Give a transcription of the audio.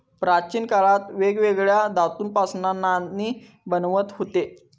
प्राचीन काळात वेगवेगळ्या धातूंपासना नाणी बनवत हुते